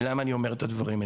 למה אני אומר את הדברים?